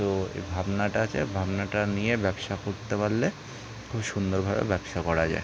তো এই ভাবনাটা আছে ভাবনাটা নিয়ে ব্যবসা করতে পারলে খুব সুন্দরভাবে ব্যবসা করা যায়